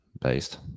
based